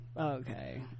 okay